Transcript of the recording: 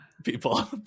People